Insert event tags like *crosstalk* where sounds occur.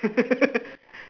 *laughs*